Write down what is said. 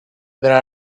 there